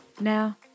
Now